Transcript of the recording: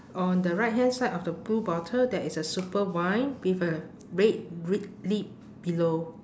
on the right hand side of the blue bottle there is a super wine with a red gri~ lid below